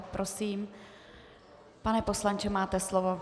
Prosím, pane poslanče, máte slovo.